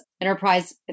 Enterprise